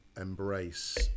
Embrace